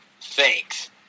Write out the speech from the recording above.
thanks